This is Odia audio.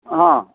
ହଁ